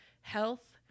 health